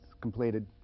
completed